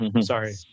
sorry